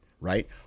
right